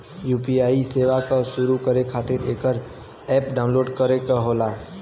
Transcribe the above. UPI सेवा क शुरू करे खातिर एकर अप्प डाउनलोड करे क होला